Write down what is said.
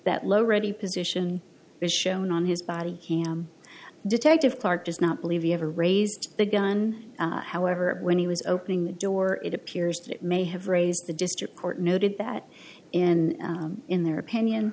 that low ready position is shown on his body detective clark does not believe he ever raised the gun however when he was opening the door it appears that may have raised the district court noted that in in their opinion